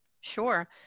Sure